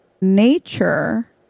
nature